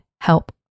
help